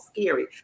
scary